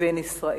לבין ישראל.